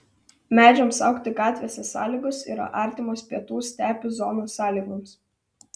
medžiams augti gatvėse sąlygos yra artimos pietų stepių zonos sąlygoms